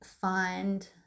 find